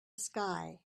sky